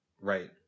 Right